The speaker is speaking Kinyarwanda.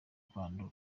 kwandura